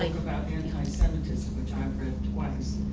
about anti-semitism which i've read twice,